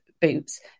boots